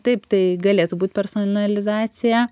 taip tai galėtų būt personalizacija